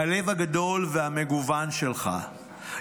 הלב הגדול והמגוון שלך,